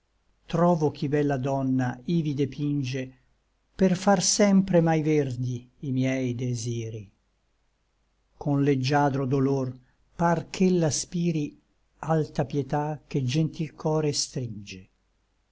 trovo chi bella donna ivi depinge per far sempre mai verdi i miei desiri con leggiadro dolor par ch'ella spiri alta pietà che gentil core stringe